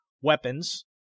weapons